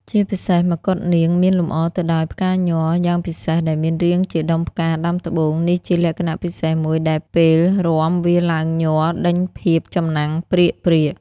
ជាពិសេសមកុដនាងមានលម្អទៅដោយផ្កាញ័រយ៉ាងពិសេសដែលមានរាងជាដុំផ្កាដាំត្បូង នេះជាលក្ខណៈពិសេសមួយដែលពេលរាំវាឡើងញ័រដេញភាពចំណាំងព្រាកៗ ។